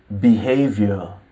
Behavior